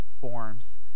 forms